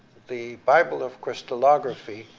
the bible of crystallography.